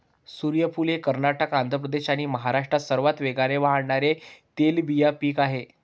सूर्यफूल हे कर्नाटक, आंध्र प्रदेश आणि महाराष्ट्रात सर्वात वेगाने वाढणारे तेलबिया पीक आहे